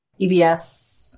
ebs